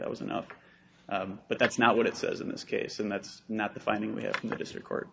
that was enough but that's not what it says in this case and that's not the finding we have